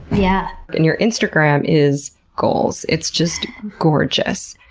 yeah. and your instagram is goals. it's just gorgeous.